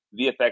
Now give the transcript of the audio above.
VFX